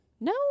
No